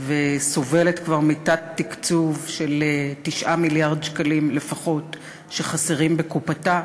וסובלת כבר מתת-תקצוב של 9 מיליארד שקלים לפחות שחסרים בקופתה.